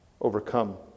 overcome